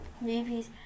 Movies